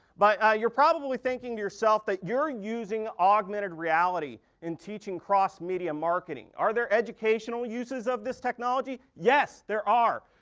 but ah you're probably thinking to yourself that you're using augmented reality in teaching cross media marketing, are there educational uses of this technology? yes! there are.